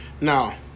Now